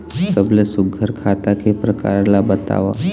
सबले सुघ्घर खाता के प्रकार ला बताव?